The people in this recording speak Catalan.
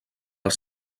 els